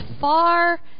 far